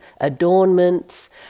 adornments